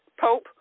Pope